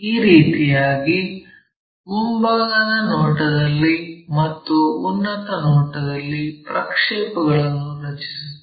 ಈ ರೀತಿಯಾಗಿ ಮುಂಭಾಗದ ನೋಟದಲ್ಲಿ ಮತ್ತು ಉನ್ನತ ನೋಟದಲ್ಲಿ ಪ್ರಕ್ಷೇಪಗಳನ್ನು ರಚಿಸುತ್ತೇವೆ